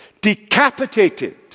decapitated